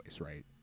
right